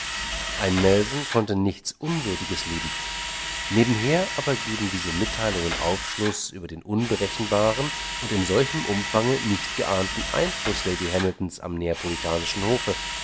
ein nelson konnte nichts unwürdiges lieben nebenher aber geben diese mitteilungen aufschluß über den unberechenbaren und in solchem umfange nicht geahnten einfluß lady hamiltons am neapolitanischen hofe